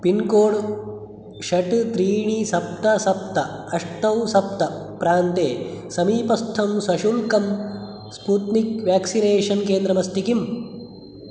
pincode षट् त्रीणि सप्त सप्त अष्टौ सप्त प्रान्ते समीपस्थं सशुल्कं स्पूट्निक् वेक्सिनेशन् केन्द्रम् अस्ति किम्